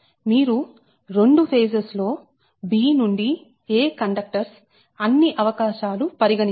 మీరు 2 ఫేజెస్ లో b నుండి a కండక్టర్స్ అన్ని అవకాశాలు పరిగణించండి